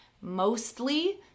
mostly